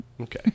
Okay